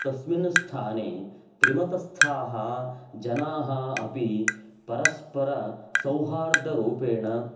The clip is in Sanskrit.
तस्मिन् स्थाने त्रिमतस्थाः जनाः अपि परस्परसौहार्दरूपेण